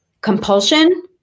compulsion